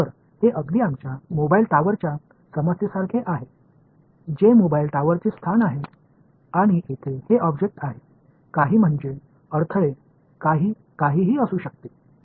तर हे अगदी आमच्या मोबाइल टॉवरच्या समस्येसारखे आहे J मोबाइल टॉवरचे स्थान आहे आणि येथे हे ऑब्जेक्ट आहे काही म्हणजे अडथळे काही काहीही असू शकते ठीक आहे